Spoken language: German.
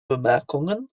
bemerkungen